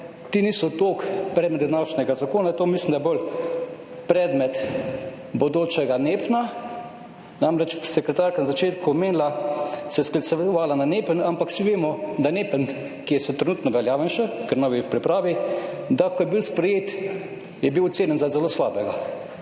ti niso toliko predmet današnjega zakona, to mislim, da je bolj predmet bodočega NEPN. Namreč, sekretarka je na začetku omenila, se je sklicevala na NEPN, ampak vsi vemo, da je bil NEPN, ki je trenutno še veljaven, ker novi je v pripravi, ko je bil sprejet, ocenjen za zelo slabega.